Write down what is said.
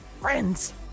friends